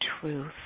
truth